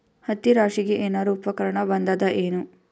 ಹತ್ತಿ ರಾಶಿಗಿ ಏನಾರು ಉಪಕರಣ ಬಂದದ ಏನು?